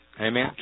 Amen